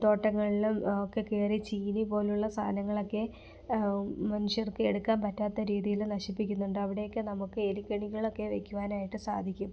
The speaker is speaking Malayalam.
തോട്ടങ്ങൾലും ഒക്കെ കയറി ചീനി പോലുള്ള സാധനങ്ങളൊക്കെ മനുഷ്യർക്ക് എടുക്കാൻ പറ്റാത്ത രീതിയില് നശിപ്പിക്കുന്നുണ്ട് അവിടെയൊക്കെ നമുക്ക് എലിക്കെണികളൊക്കെ വയ്ക്കുവാനായിട്ട് സാധിക്കും